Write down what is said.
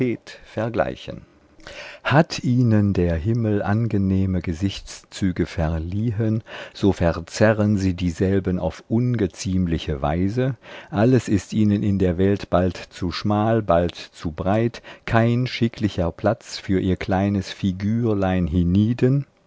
vergleichen hat ihnen der himmel angenehme gesichtszüge verliehen so verzerren sie dieselben auf